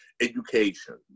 education